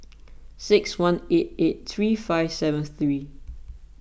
six one eight eight three five seven three